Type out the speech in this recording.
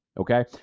okay